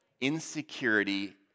Insecurity